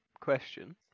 question